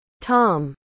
Tom